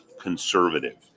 conservative